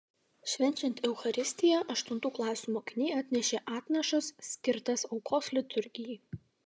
švenčiant eucharistiją aštuntų klasių mokiniai atnešė atnašas skirtas aukos liturgijai